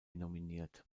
nominiert